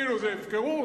תגידו, זו הפקרות?